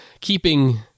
keeping